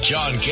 John